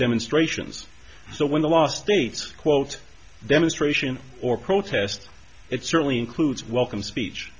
demonstrations so when the last states quote demonstration or protest it certainly includes welcome speech